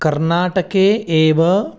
कर्नाटके एव